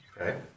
Okay